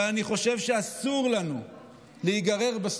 אבל אני חושב שאסור לנו להיגרר לשיקול